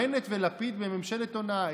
בנט ולפיד בממשלת הונאה.